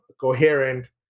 Coherent